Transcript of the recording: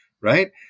Right